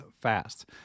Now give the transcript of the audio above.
fast